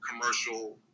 commercial